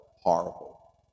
horrible